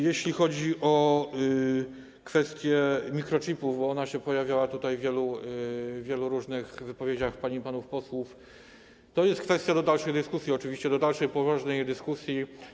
Jeśli chodzi o kwestie mikroczipów - ona się pojawiała w wielu różnych wypowiedziach pań i panów posłów - to jest kwestia do dalszej dyskusji, oczywiście do dalszej poważnej dyskusji.